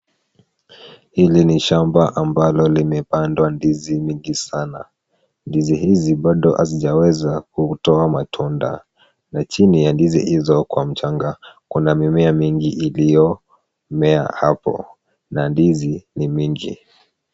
Hili ni shamba ambalo limepandwa ndizi mingi sana. Ndizi hizi bado hazijaweza kutoa matunda na chini ya ndizi hizo kwa mchanga kuna mimea mingi iliyomea hapo na ndizi ni mingi.